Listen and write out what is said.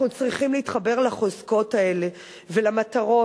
אנחנו צריכים להתחבר לחוזקות האלה ולמטרות,